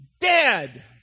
dead